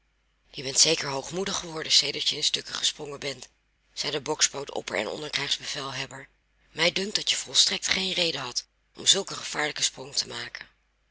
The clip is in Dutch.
je bent zeker hoogmoedig geworden sedert je in stukken gesprongen bent zei de bokspoot opper en onder krijgsbevelhebber mij dunkt dat je volstrekt geen reden hadt om zulk een gevaarlijken sprong te doen